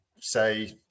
say